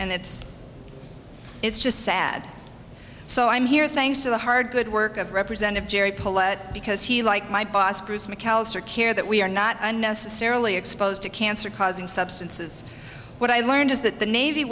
and it's it's just sad so i'm here thanks to the hard good work of represented jerry paletta because he like my boss bruce mcallister care that we are not unnecessarily exposed to cancer causing substances what i learned is that the navy